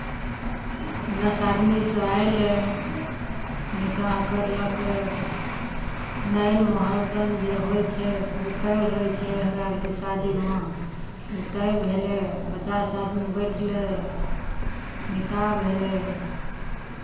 दस आदमीसँ अयलै निकाह करलकै नैन मोहर दन जे होइ छै ओ तय होइ छै हमरा अरके शादीमे ओ तय भेलै पचास आदमी बैठलै निकाह भेलै